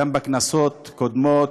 גם בכנסות קודמות,